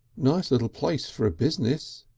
nice little place for business,